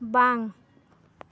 ᱵᱟᱝ